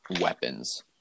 weapons